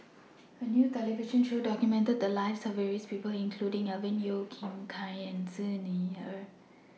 A New television Show documented The Lives of various People including Alvin Yeo Khirn Hai and Xi Ni Er